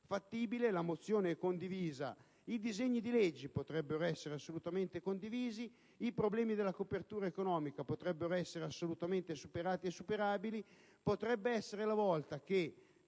la mozione è condivisa; i disegni di legge potrebbero essere assolutamente condivisi; i problemi della copertura economica potrebbero essere assolutamente superati e superabili. Potrebbe essere la volta che